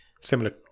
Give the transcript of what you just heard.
similar